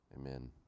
Amen